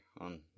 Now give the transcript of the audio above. on